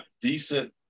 decent